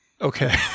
Okay